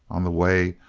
on the way,